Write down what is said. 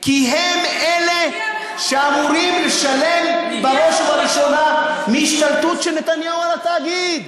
כי הם אלה שאמורים לשלם בראש וראשונה על השתלטות של נתניהו על התאגיד.